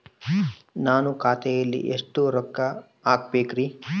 ನಾನು ಖಾತೆಯಲ್ಲಿ ಎಷ್ಟು ರೊಕ್ಕ ಹಾಕಬೇಕ್ರಿ?